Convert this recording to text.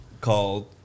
Called